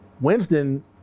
Winston